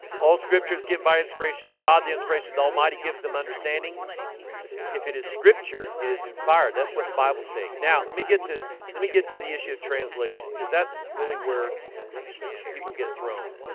all scripture is given by inspiration of god the inspiration to almighty giveth them understanding if it is scripture. it is inspired. that's what the bible saying now let me get to let me get to the issue of translation because that's really where people get thrown